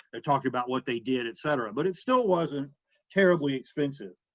they talked about what they did, etc, but it still wasn't terribly expensive.